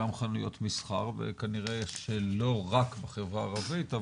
גם חנויות מסחר וכנראה שלא רק בחברה הערבית,